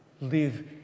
Live